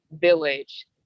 village